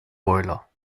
boiler